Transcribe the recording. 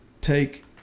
take